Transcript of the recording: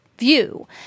View